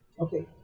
Okay